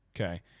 Okay